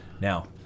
Now